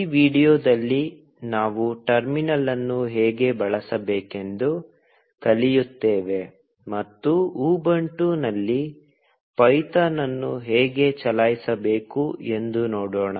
ಈ ವೀಡಿಯೊದಲ್ಲಿ ನಾವು ಟರ್ಮಿನಲ್ ಅನ್ನು ಹೇಗೆ ಬಳಸಬೇಕೆಂದು ಕಲಿಯುತ್ತೇವೆ ಮತ್ತು ಉಬುಂಟುನಲ್ಲಿ ಪೈಥಾನ್ ಅನ್ನು ಹೇಗೆ ಚಲಾಯಿಸಬೇಕು ಎಂದು ನೋಡೋಣ